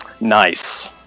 Nice